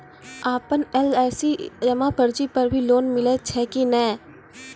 आपन एल.आई.सी जमा पर्ची पर भी लोन मिलै छै कि नै?